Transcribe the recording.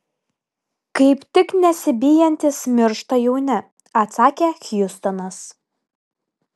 kaip tik nesibijantys miršta jauni atsakė hjustonas